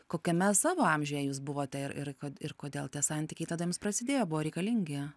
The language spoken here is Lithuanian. kokiame savo amžiuje jūs buvote ir ir k ir kodėl tie santykiai tada jums prasidėjo buvo reikalingi